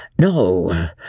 No